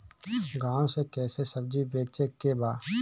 गांव से कैसे सब्जी बेचे के बा?